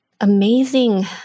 amazing